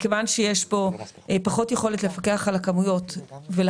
מכיוון שיש פה פחות יכולת לפקח על הכמויות, אז